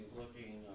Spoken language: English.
looking